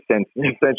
essentially